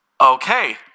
Okay